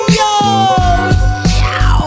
yo